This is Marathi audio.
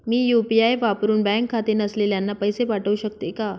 मी यू.पी.आय वापरुन बँक खाते नसलेल्यांना पैसे पाठवू शकते का?